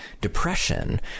depression